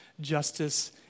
justice